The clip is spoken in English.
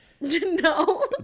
No